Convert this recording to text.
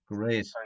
Great